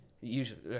usually